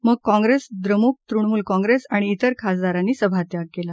मग काँप्रेस द्रमुक तुणमूल काँग्रेस आणि तिर खासदारांनी सभात्याग केला